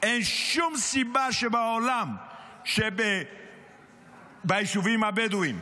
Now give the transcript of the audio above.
אין שום סיבה בעולם שביישובים הבדואיים,